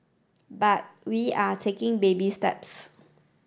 but we are taking baby steps